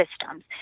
systems